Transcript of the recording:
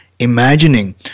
Imagining